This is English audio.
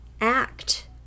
act